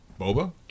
Boba